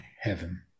heaven